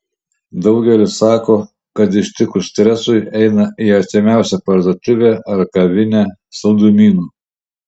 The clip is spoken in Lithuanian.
daugelis sako kad ištikus stresui eina į artimiausią parduotuvę ar kavinę saldumynų